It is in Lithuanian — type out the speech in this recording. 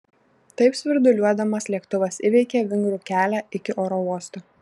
taip svirduliuodamas lėktuvas įveikė vingrų kelią iki oro uosto